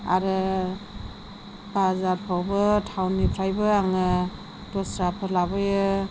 आरो बाजारफ्रावबो टाउननिफ्रायबो आङो दस्राफोर लाबोयो